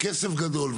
וכסף גדול.